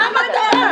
מה המטרה?